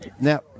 Now